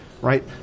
Right